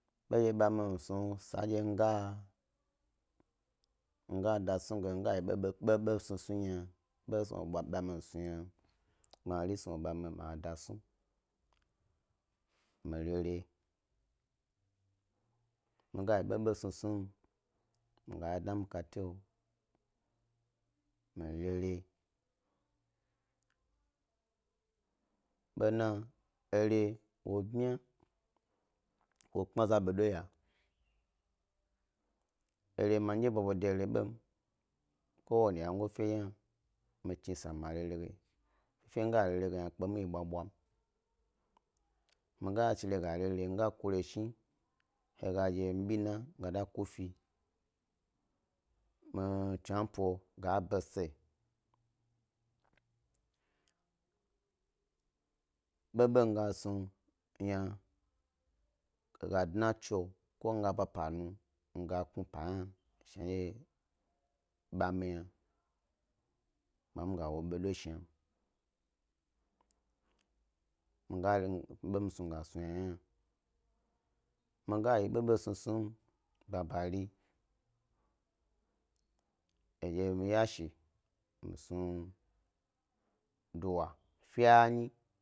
Bendye ɓa misnu san dye migayi bobo snu snum yna, snu ɓa mi. Snu ɓa mi da snu, mi rere mi ga yi ɓabo snusnuyim, mi ya dna mi kate mi rere ɓona, ere wo bmya wo kpmya za ɓoɗo ya, ere, midye ɓuɓu de ere ɓoyi. Ko wani gwyengo fe hna midye chni sa ma ere rege fefe mi ga re re ge gnam kpe mi bwabwa yim, miga chi ga erere mi ga kureshni, mi ɓinayi ga da kufi, mi chnipo ga da bese, ɓoɓo mi gas nu yna ga dna tso ko mi ga ba pa nu, he ga dye shna mi ga kpmi epa hna shnadye ɓami yna, kuma mi ga wo ɓodo shnam, mi gar ere bo mi snu miga snu yna hna. Misa ga yi ɓoɓo snusnu yim, ba bare he dye mi yashi miss nu duwa fyee nyi.